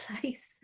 place